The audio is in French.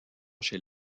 chez